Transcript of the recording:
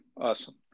Awesome